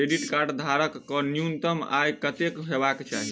Credit card धारक कऽ न्यूनतम आय कत्तेक हेबाक चाहि?